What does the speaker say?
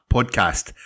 Podcast